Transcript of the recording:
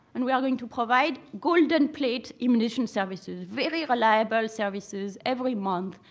and we are going to provide golden plate immunization services, very reliable services every month,